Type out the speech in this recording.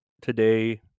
today